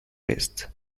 rest